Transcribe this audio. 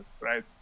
right